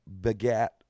begat